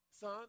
son